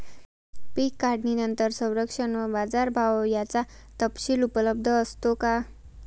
पीक काढणीनंतर संरक्षण व बाजारभाव याचा तपशील उपलब्ध असतो का?